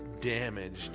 damaged